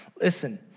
Listen